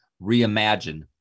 reimagine